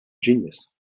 genius